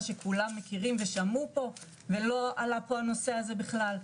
שכולם מכירים ושמעו ולא עלה הנושא הזה בכלל.